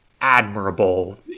admirable